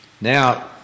Now